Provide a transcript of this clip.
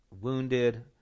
wounded